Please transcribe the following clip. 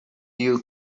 you